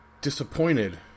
disappointed